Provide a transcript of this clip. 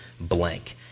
blank